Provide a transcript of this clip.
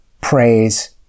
praise